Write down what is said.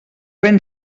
ben